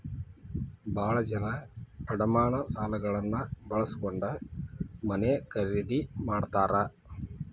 ಭಾಳ ಜನ ಅಡಮಾನ ಸಾಲಗಳನ್ನ ಬಳಸ್ಕೊಂಡ್ ಮನೆ ಖರೇದಿ ಮಾಡ್ತಾರಾ